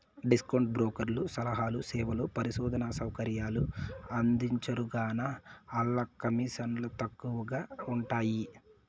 discount బ్రోకర్లు సలహాలు, సేవలు, పరిశోధనా సౌకర్యాలు అందించరుగాన, ఆల్ల కమీసన్లు తక్కవగా ఉంటయ్యి